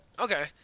Okay